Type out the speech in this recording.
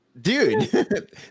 Dude